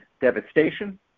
devastation